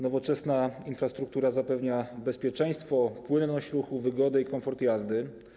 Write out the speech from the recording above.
Nowoczesna infrastruktura zapewnia bezpieczeństwo, płynność ruchu, wygodę i komfort jazdy.